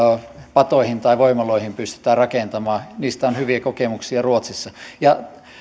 patoihin tai voimaloihin pystytään rakentamaan niistä on hyviä kokemuksia ruotsissa ja